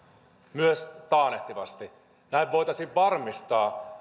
myös taannehtivasti näin voitaisiin varmistaa